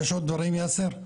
יש עוד דברים יאסר?